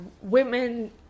women